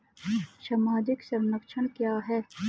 सामाजिक संरक्षण क्या है?